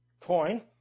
coin